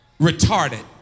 Retarded